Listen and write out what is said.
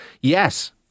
yes